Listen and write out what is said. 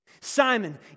Simon